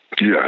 Yes